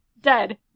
Dead